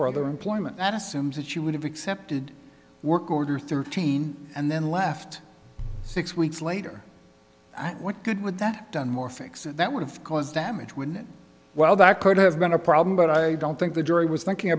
for other employment that assumes that you would have accepted work order thirteen and then left six weeks later what good would that done more fix it that would have caused damage when well that could have been a problem but i don't think the jury was thinking